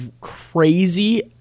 crazy